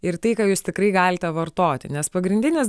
ir tai ką jūs tikrai galite vartoti nes pagrindinis